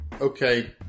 okay